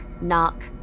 knock